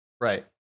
Right